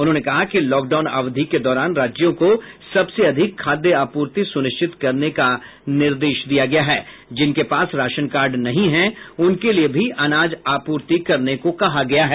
उन्होंने कहा कि लॉकडाउन अवधि के दौरान राज्यों को सबके लिए खाद्य आपूर्ति सुनिश्चित करने का निर्देश दिया गया है जिनके पास राशनकार्ड नहीं हैं उनके लिए भी अनाज आपूर्ति करने को कहा गया है